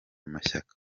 mashyaka